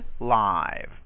live